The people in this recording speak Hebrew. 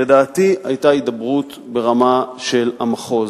לדעתי, היתה הידברות ברמה של המחוז.